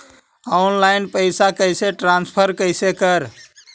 Online पैसा कैसे transfer कैसे कर?